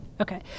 Okay